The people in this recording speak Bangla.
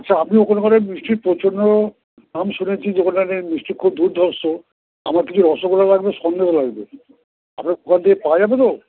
আচ্ছা আমি ওখানকার মিষ্টির প্রচণ্ড নাম শুনেছি যে ওখানের মিষ্টি খুব দুর্ধর্ষ আমার কিছু রসগোল্লা লাগবে সন্দেশ লাগবে আপনার দোকান থেকে পাওয়া যাবে তো